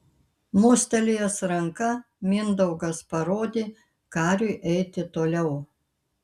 mostelėjęs ranka mindaugas parodė kariui eiti toliau